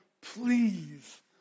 please